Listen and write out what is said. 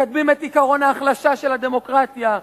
מקדמים את עקרון ההחלשה של הדמוקרטיה,